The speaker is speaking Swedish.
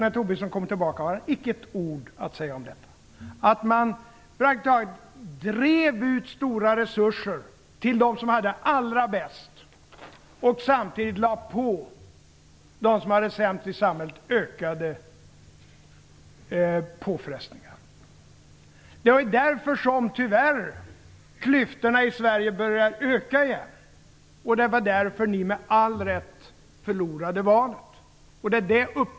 När Tobisson kommer tillbaka har han icke ett ord att säga om detta, om att man praktiskt taget drev ut stora resurser till dem som hade det allra bäst och samtidigt lade ökade påfrestningar på dem som hade det sämst ställt. Det var därför som klyftorna i Sverige tyvärr började öka igen, och det var därför ni förlorade valet, med all rätt.